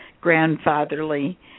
grandfatherly